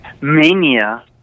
mania